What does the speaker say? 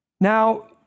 Now